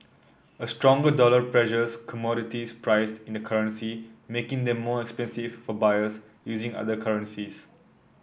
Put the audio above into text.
a stronger dollar pressures commodities priced in the currency making them more expensive for buyers using other currencies